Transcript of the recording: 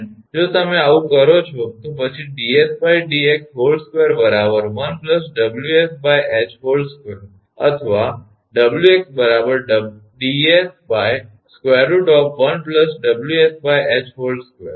જો તમે આવું કરો છો તો પછી 𝑑𝑠𝑑𝑥2 1 𝑊𝑠𝐻2 અથવા 𝑑𝑥 𝑑𝑠 √1 𝑊𝑠𝐻2 આ સમીકરણ 9 છે